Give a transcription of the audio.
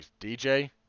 DJ